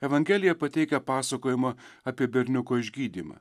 evangelija pateikia pasakojimą apie berniuko išgydymą